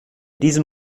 diesem